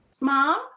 Mom